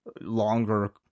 longer